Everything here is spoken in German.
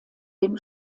dem